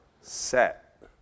set